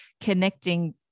connecting